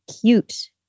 cute